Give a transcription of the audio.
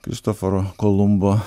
kristoforo kolumbo